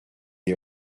est